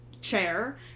chair